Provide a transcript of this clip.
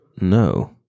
No